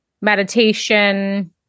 meditation